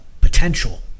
potential